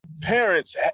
parents